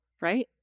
right